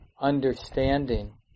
understanding